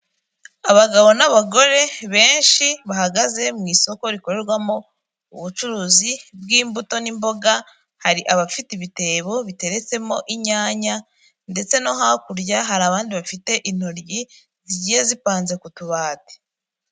Abagabo n'abagore benshi bahagaze mu isoko rikorerwamo ubucuruzi bw'imbuto n'imboga, hari abafite ibitebo biteretsemo inyanya ndetse no hakurya hari abandi bafite intoryi zigiye zipanze ku tubati.